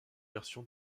version